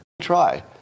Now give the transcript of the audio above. try